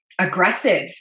aggressive